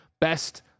Best